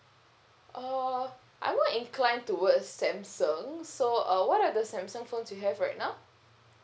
uh I'm more inclined towards samsung so uh what are the samsung phones you have right now